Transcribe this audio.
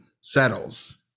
settles